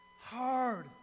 Hard